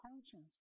conscience